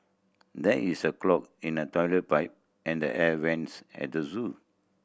there is a clog in the toilet pipe and the air vents at the zoo